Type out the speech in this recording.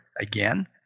again